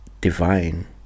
divine